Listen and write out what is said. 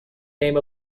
name